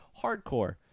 hardcore